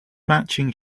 matching